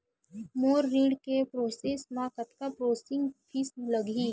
मोर ऋण के प्रोसेस म कतका प्रोसेसिंग फीस लगही?